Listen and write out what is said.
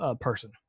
person